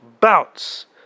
Bounce